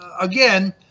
again